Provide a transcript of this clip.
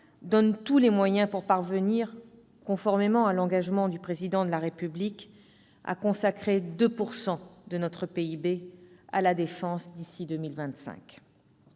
donne tous les moyens pour parvenir, conformément à l'engagement du Président de la République, à consacrer 2 % de notre PIB à la défense d'ici à 2025.